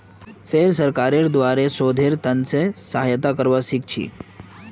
फेर सरकारेर द्वारे शोधेर त न से सहायता करवा सीखछी